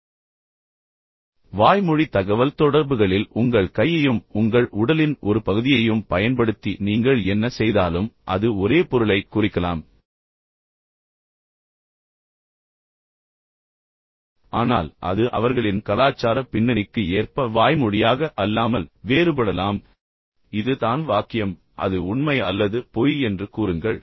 எனவே வாய்மொழி தகவல்தொடர்புகளில் உங்கள் கையையும் உங்கள் உடலின் ஒரு பகுதியையும் பயன்படுத்தி நீங்கள் என்ன செய்தாலும் அது ஒரே பொருளைக் குறிக்கலாம் ஆனால் அது அவர்களின் கலாச்சார பின்னணிக்கு ஏற்ப வாய்மொழியாக அல்லாமல் வேறுபடலாம் idhu தான் வாக்கியம் அது உண்மை அல்லது பொய் என்று கூறுங்கள்